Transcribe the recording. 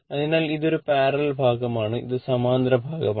അതിനാൽ ഇതൊരു പാരലൽ ഭാഗമാണ് ഇത് സമാന്തര ഭാഗമാണ്